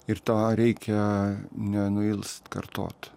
ir tą reikia nenuilst kartot